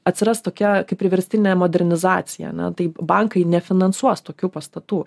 atsiras tokia kaip priverstinė modernizacija ane tai bankai nefinansuos tokių pastatų